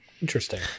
interesting